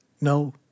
no